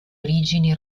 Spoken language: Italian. origini